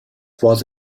was